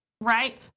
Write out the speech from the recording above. right